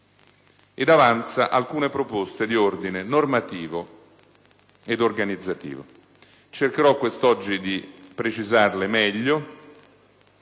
ed avanza alcune proposte di ordine normativo ed organizzativo. Cercherò quest'oggi di precisarle meglio,